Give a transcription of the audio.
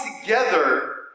together